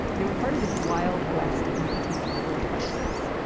they were part of this wild west of nicotine delivery devices.